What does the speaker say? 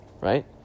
right